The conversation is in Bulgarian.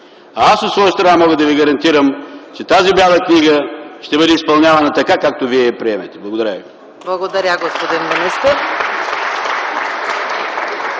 Аз от своя страна мога да ви гарантирам, че тази Бяла книга ще бъде изпълнявана така, както я приемете. Благодаря ви. (Ръкопляскания от